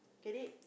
get it